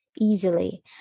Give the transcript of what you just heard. easily